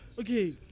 Okay